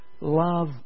love